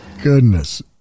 goodness